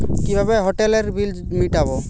কিভাবে হোটেলের বিল মিটাব?